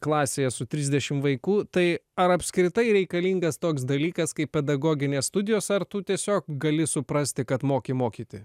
klasėje su trisdešim vaikų tai ar apskritai reikalingas toks dalykas kaip pedagoginės studijos ar tu tiesiog gali suprasti kad moki mokyti